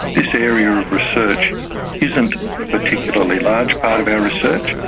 this area of research isn't a particularly large part of our research,